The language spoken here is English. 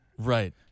Right